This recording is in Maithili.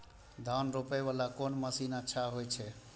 धान रोपे वाला कोन मशीन अच्छा होय छे?